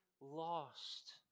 lost